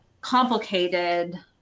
complicated